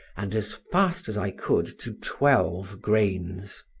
and as fast as i could to twelve grains.